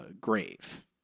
grave